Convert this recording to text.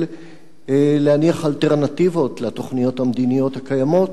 להניח אלטרנטיבות לתוכניות המדיניות הקיימות.